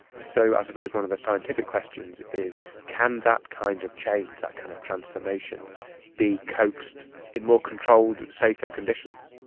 so i suppose one of the scientific questions is can that kind of change, that kind of transformation be coaxed in more controlled, safer conditions.